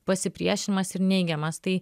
pasipriešinimas ir neigiamas tai